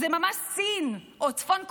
זה ממש סין או צפון קוריאה.